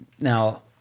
Now